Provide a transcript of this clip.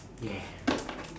yeah